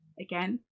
again